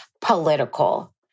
political